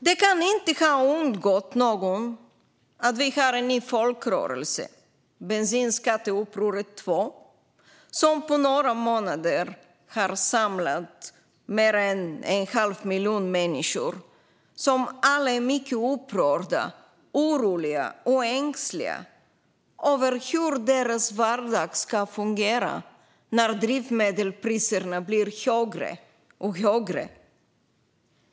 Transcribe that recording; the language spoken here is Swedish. Det kan inte ha undgått någon att det finns en ny folkrörelse, Bensinskatteupproret 2.0, som på några månader har samlat mer än en halv miljon människor. De är alla mycket upprörda, oroliga och ängsliga över hur deras vardag ska fungera när drivmedelspriserna blir högre och högre.